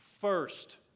first